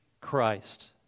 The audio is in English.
Christ